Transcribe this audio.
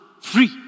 free